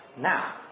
Now